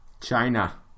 China